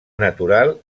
natural